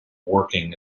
working